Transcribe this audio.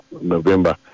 November